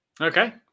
Okay